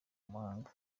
mahanga